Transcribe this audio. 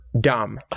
dumb